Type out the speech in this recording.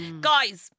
Guys